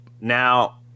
Now